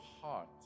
heart